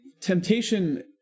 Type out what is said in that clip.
temptation